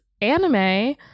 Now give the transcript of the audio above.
anime